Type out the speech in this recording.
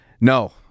No